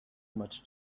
much